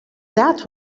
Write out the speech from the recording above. that